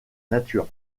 nature